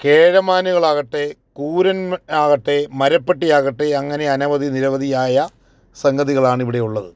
കേഴമാനുകളാകട്ടെ കൂരൻ ആകട്ടെ മരപ്പട്ടിയാകട്ടെ അങ്ങനെ അനവധി നിരവധിയായ സംഗതികളാണ് ഇവിടെയുള്ളത്